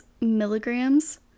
milligrams